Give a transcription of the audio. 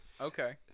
Okay